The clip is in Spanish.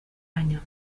año